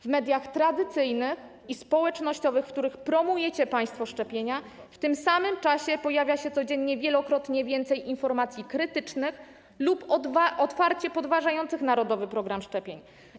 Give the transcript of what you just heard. W mediach tradycyjnych i społecznościowych, w których promujecie państwo szczepienia, w tym samym czasie pojawia się codziennie wielokrotnie więcej informacji krytycznych lub otwarcie podważających narodowy program szczepień.